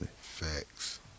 Facts